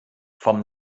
vom